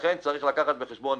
לכן צריך לקחת בחשבון: